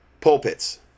pulpits